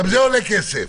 גם זה עולה כסף.